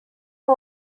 are